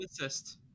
assist